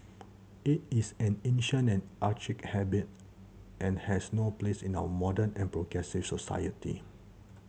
it is an ancient and archaic habit and has no place in our modern and progressive society